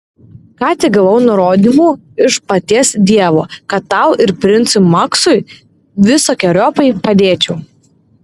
ką tik gavau nurodymų iš paties dievo kad tau ir princui maksui visokeriopai padėčiau